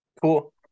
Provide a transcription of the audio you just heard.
Cool